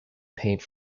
paint